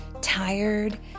tired